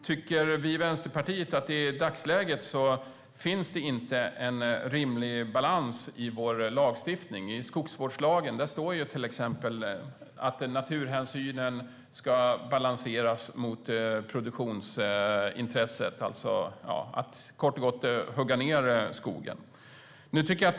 Vi i Vänsterpartiet tycker att det i dagsläget inte finns någon rimlig balans i skogsvårdslagen. Där står till exempel att naturhänsynen ska balanseras mot produktionsintressen. Kort och gott betyder det att man kan hugga ned skogen.